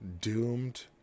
doomed